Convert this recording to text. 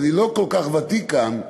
ואני לא כל כך ותיק כאן,